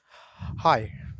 Hi